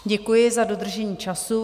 Děkuji za dodržení času.